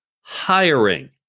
hiring